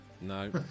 No